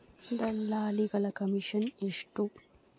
ದಲ್ಲಾಳಿಗಳ ಕಮಿಷನ್ ಎಷ್ಟು?